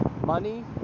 money